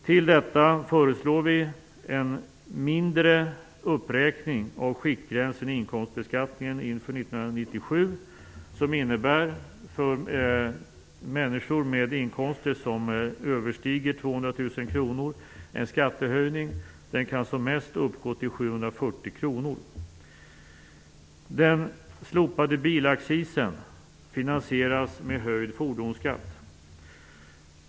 Till detta föreslår vi en mindre uppräkning av skiktgränsen i inkomstbeskattningen inför 1997 som innebär en skattehöjning för människor med inkomster som överstiger 200 000 kr. Den kan som mest uppgå till 740 kr.